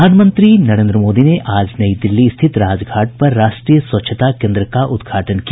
प्रधानमंत्री नरेन्द्र मोदी ने आज नई दिल्ली स्थित राजघाट पर राष्ट्रीय स्वच्छता केन्द्र का उद्घाटन किया